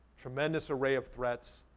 tremendous array of threats.